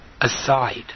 aside